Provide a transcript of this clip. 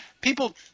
People